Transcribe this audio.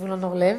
זבולון אורלב.